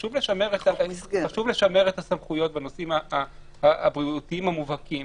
וחשוב לשמר את הסמכויות בנושאים הבריאותיים המובהקים